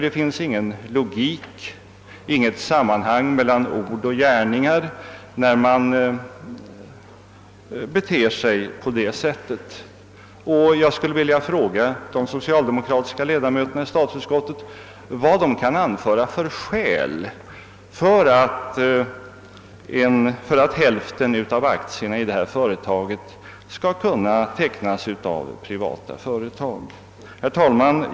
Det finns ingen logik, inget sammanhang mellan ord och gärningar när man beter sig på det sättet. Jag skulle vilja fråga de socialdemokratiska ledamöterna i statsutskottet vad de kan anföra för skäl för att hälften av aktierna i detta bolag skall kunna tecknas av privata företag. Herr talman!